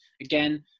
again